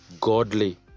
Godly